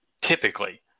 Typically